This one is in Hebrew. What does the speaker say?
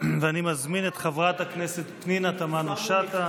אני מזמין את חברת הכנסת פנינה תמנו שטה